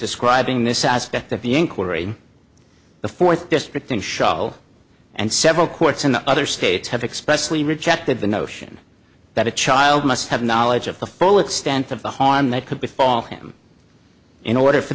describing this aspect of the inquiry the fourth district in show and several courts in other states have expressed we rejected the notion that a child must have knowledge of the full extent of the harm that could befall him in order for